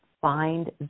find